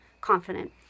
confident